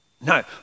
No